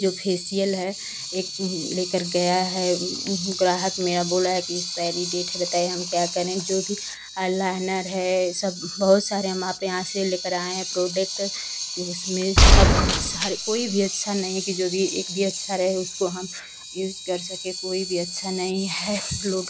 जो फ़ेशियल है एक लेकर गया है ग्राहक मेरा बोल रहा है कि एक्सपाइरी डेट है बताइए हम क्या करें जो भी आइ लाइनर है सब बहुत सारे हम आप यहाँ से लेकर आए हैं प्रोडक्ट कि उसमें सब सारा कोई भी अच्छा नहीं है कि जो भी एक भी अच्छा रहे उसको हम यूज़ कर सकें कोई भी अच्छा नहीं है लोट